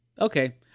okay